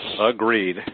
Agreed